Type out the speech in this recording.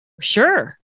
Sure